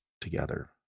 together